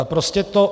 Prostě to...